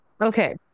okay